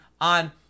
on